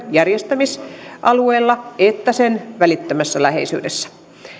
järjestämisalueella että sen välittömässä läheisyydessä